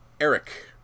eric